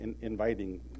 inviting